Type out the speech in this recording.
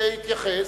להתייחס.